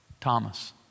Thomas